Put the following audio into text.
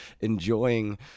enjoying